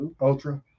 Ultra